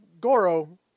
Goro